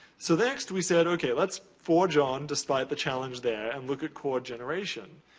so, next, we said okay, let's forge on, despite the challenge there, and look at chord generation.